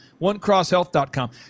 onecrosshealth.com